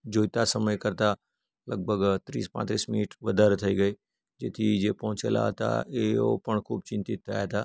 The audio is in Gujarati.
જોઈતા સમય કરતાં લગભગ ત્રીસ પાંત્રીસ મિનિટ વધારે થઈ ગઈ જેથી જે પહોંચેલા હતા તેઓ પણ ખૂબ ચિંતિત થયા હતા